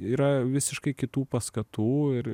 yra visiškai kitų paskatų ir